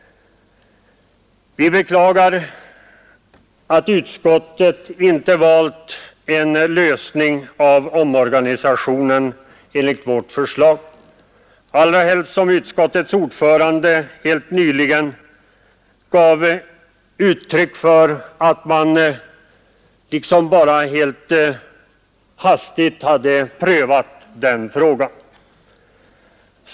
Vi beklagar att utskottet inte valt en lösning av omorganisationen enligt vårt förslag, allra helst som utskottets ordförande helt nyligen gav uttryck för att man liksom bara helt hastigt hade prövat den frågan.